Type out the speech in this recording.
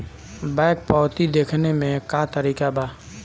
Bank पवती देखने के का तरीका बा?